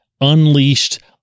unleashed